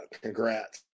congrats